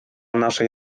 naszej